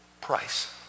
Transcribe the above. price